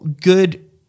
good